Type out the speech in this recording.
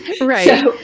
Right